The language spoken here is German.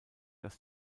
dass